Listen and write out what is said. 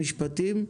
למשפטים.